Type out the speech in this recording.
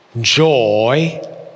joy